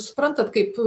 suprantat kaip